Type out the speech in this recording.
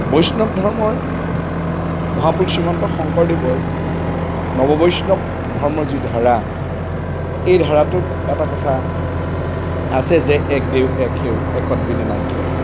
বৈষ্ণৱ ধৰ্মৰ মহাপুৰুষ শ্ৰীমন্ত শংকৰদেৱৰ নৱ বৈষ্ণৱ ধৰ্মৰ যি ধাৰা এই ধাৰাটোত এটা কথা আছে যে এক দেও এক সেউ একত বিনে নাই কেও